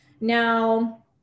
Now